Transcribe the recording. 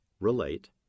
relate